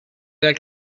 dal